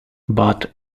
but